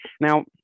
Now